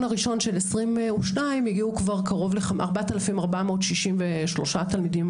הראשון של 2022 הגיעו כבר קרוב 4,463 תלמידים,